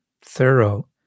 thorough